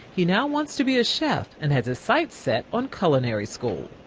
he now wants to be a chef and has his sights set on culinary school.